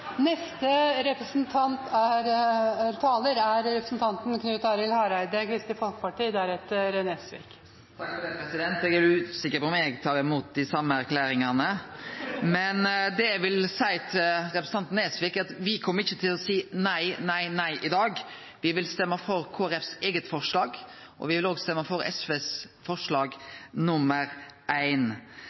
Eg er usikker på om eg tar imot dei same erklæringane, men det eg vil seie til representanten Nesvik, er at me kjem ikkje til å seie nei, nei, nei i dag. Me vil stemme for Kristeleg Folkepartis eige forslag, og me vil òg stemme for SVs forslag